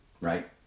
right